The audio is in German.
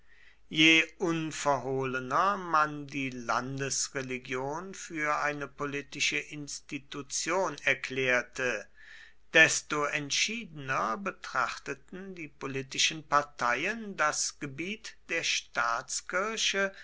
je unverhohlener man die landesreligion für eine politische institution erklärte desto entschiedener betrachteten die politischen parteien das gebiet der staatskirche